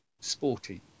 sporty